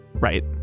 Right